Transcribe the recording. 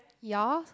ya